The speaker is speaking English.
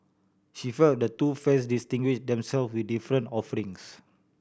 she felt the two fairs distinguish themselves with different offerings